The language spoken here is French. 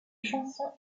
chansons